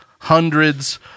hundreds